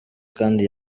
kandi